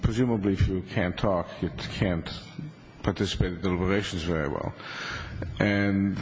presumably if you can't talk you can't participate in deliberations very well and